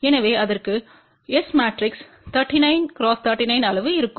எனவே அதற்கு S matrix 39 x 39 அளவு இருக்கும்